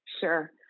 Sure